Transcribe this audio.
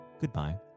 goodbye